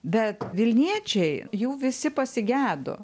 bet vilniečiai jų visi pasigedo